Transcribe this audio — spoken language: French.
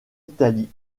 italie